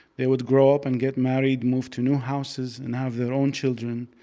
they would grow up and get married, move to new houses and have their own children.